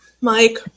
Mike